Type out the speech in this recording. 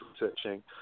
researching